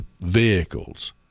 vehicles